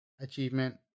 achievement